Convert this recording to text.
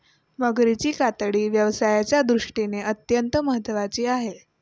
मगरीची कातडी व्यवसायाच्या दृष्टीने अत्यंत महत्त्वाची आहे